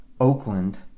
Oakland